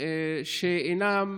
איננה,